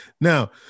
Now